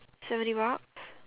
seventy baht